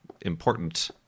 important